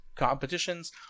competitions